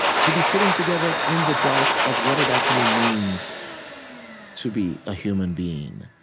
to be sitting together in the dark of what it actually means to be a human being,